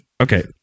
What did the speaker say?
Okay